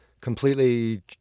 completely